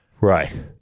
Right